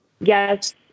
yes